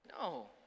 No